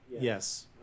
yes